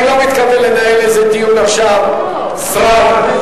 אני לא מתכוון לנהל איזה דיון סרק עכשיו.